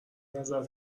نظر